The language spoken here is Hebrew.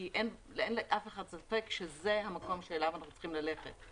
כי אין לאף אחד ספק שזה המקום שאליו אנחנו צריכים ללכת אם